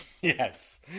Yes